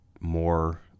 more